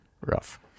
Rough